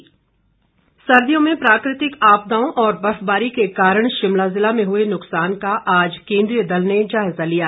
DC Shimla सर्दियों में प्राकृतिक आपदाओं और बर्फबारी के कारण शिमला ज़िला में हुए नुकसान का आज केंद्रीय दल ने जायजा लिया